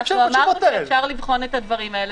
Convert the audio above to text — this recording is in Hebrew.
אנחנו אמרנו שאפשר לבחון את הדברים האלה,